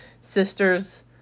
sister's